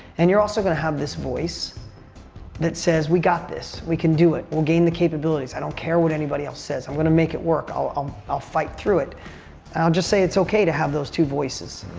and you're also gonna have this voice that says, we got this. we can do it. we'll gain the capabilities. i don't care what anybody else says. i'm gonna make it work. i'll i'll fight through it. and i'll just say it's okay to have those two voices.